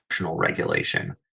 regulation